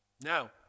Now